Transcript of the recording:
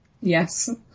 Yes